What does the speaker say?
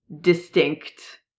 distinct